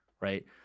right